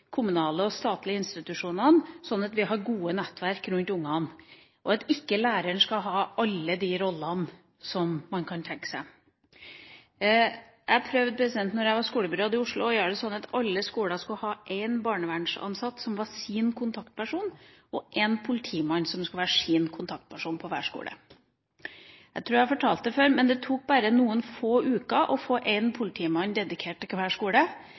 kommunale og statlige institusjonene, sånn at vi har gode nettverk rundt ungene – og at læreren ikke skal ha alle de rollene som man kan tenke seg. Jeg prøvde, da jeg var skolebyråd i Oslo, å få til at alle skoler skulle ha en barnevernsansatt som sin kontaktperson, og én politimann som sin kontaktperson. Jeg tror jeg har fortalt det før, men det tok bare noen få uker å få én politimann dedikert til hver skole.